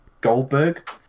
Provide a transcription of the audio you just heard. goldberg